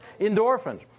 Endorphins